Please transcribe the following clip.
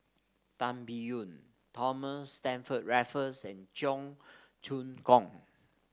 Tan Biyun Thomas Stamford Raffles and Cheong Choong Kong